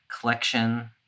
collection